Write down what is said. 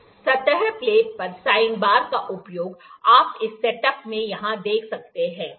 सतह प्लेट पर sine bar का उपयोग आप इस सेटअप को यहां देख सकते हैं